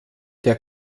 der